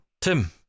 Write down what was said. Tim